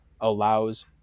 allows